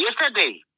yesterday